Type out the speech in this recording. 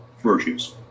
virtues